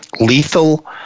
lethal